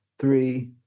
three